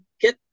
get